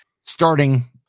starting